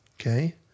okay